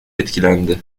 etkilendi